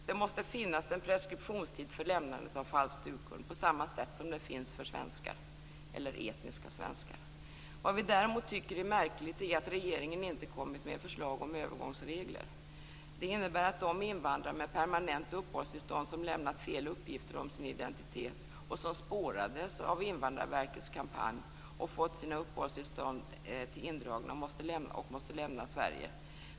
Det måste finnas en preskriptionstid för lämnande av falsk urkund - på samma sätt som det finns för etniska svenskar. Vad vi däremot tycker är märkligt är att regeringen inte kommit med förslag om övergångsregler. Det innebär att de invandrare med permanent uppehållstillstånd som lämnat fel uppgifter om sin identitet och som spårades av Invandrarverkets kampanj och fått sina uppehållstillstånd indragna måste lämna Sverige.